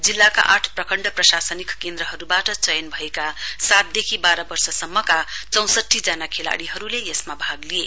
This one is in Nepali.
जिल्लाका आठ प्रखण्ड प्रशासानिक केन्द्रहरुबाट चयन भएका सातदेखि वाह्व वर्षसम्मका चौंसठी जना खेलाड़ीहरुले यसमा भाग लिए